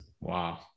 Wow